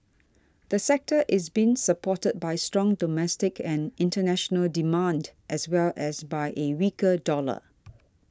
the sector is being supported by strong domestic and international demand as well as by a weaker dollar